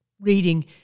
reading